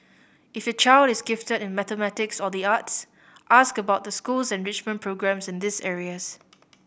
if your child is gifted in mathematics or the arts ask about the school's enrichment programmes in these areas